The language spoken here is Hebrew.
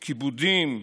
בכיבודים,